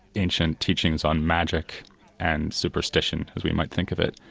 ancient teachings on magic and superstition, as we might think of it.